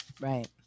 right